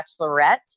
Bachelorette